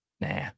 Nah